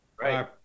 Right